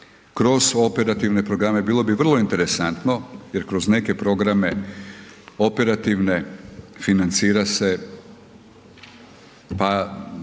kroz operativne programe, bilo bi vrlo interesantno jer kroz neke programe operativne, financira se pa